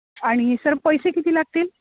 आणि सर पैसे किती लागतील